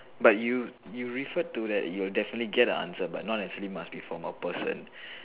but you you referred to that you'll definitely get an answer but not necessarily must be from a person